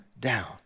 down